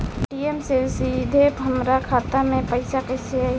Paytm से सीधे हमरा खाता मे पईसा कइसे आई?